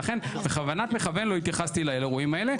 ולכן, בכוונת מכוון לא התייחסתי לאירועים האלה.